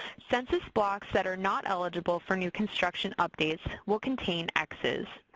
census blocks that are not eligible for new construction updates will contain x's.